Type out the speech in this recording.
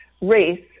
race